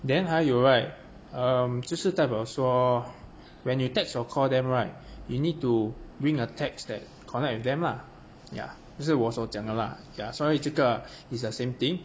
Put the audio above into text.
then 还有 right erm 就是代表说 when you text or call them right you need to bring a text that connect with them lah yeah 就是我所讲的啦 ya 所以这个 is the same thing